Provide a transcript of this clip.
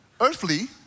earthly